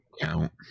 count